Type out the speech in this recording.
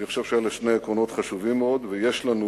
אני חושב שאלו שני עקרונות חשובים מאוד, ויש לנו